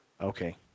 Okay